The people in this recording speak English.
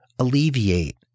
alleviate